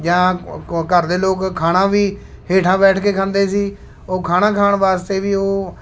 ਜਾਂ ਘ ਘਰ ਦੇ ਲੋਕ ਖਾਣਾ ਵੀ ਹੇਠਾਂ ਬੈਠ ਕੇ ਖਾਂਦੇ ਸੀ ਉਹ ਖਾਣਾ ਖਾਣ ਵਾਸਤੇ ਵੀ ਉਹ